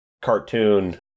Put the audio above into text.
cartoon